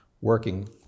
working